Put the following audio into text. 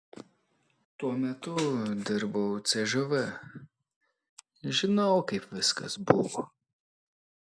tuo metu dirbau cžv žinau kaip viskas buvo